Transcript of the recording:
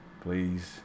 Please